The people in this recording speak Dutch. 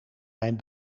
mijn